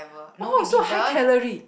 oh so high calorie